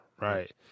right